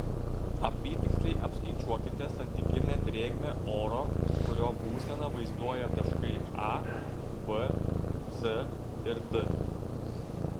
apytiksliai apskaičiuokite santykinę drėgmę oro kurio būseną vaizduoja taškai a b c ir d